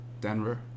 Denver